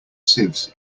sieves